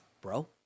bro